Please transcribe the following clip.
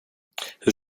hur